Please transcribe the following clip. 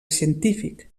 científic